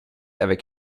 avec